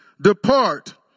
depart